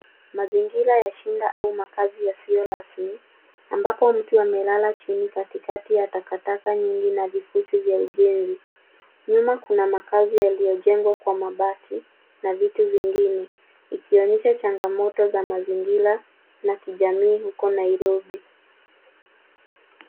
Mazingira ya shida au makaazi yasiyo rasmi ambapo mtu amelala chini katikati ya takataka nyingi na vifusi vya ujenzi. Nyuma kuna makaazi yaliyojengwa kwa mabati na vitu vingine, ikionyesha changamoto za mazingira na kijamiii huko Nairobi.